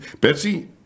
Betsy